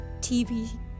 TV